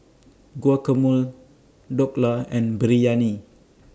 Guacamole Dhokla and Biryani